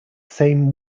same